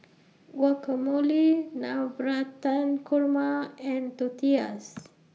Guacamole Navratan Korma and Tortillas